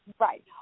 Right